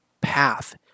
path